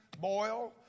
boil